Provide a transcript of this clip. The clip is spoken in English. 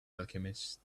alchemist